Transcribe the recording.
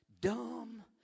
dumb